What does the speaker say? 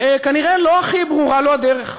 כנראה לא הכי ברורה לו הדרך.